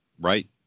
right